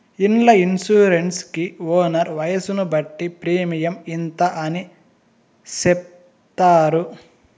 ఇండ్ల ఇన్సూరెన్స్ కి ఓనర్ వయసును బట్టి ప్రీమియం ఇంత అని చెప్తారు